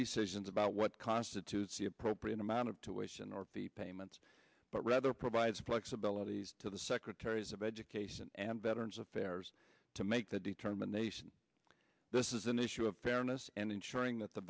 decisions about what constitutes the appropriate amount of to waste and or the payments but rather provides flexibility to the secretaries of education and veterans affairs to make the determination this is an issue of fairness and ensuring that the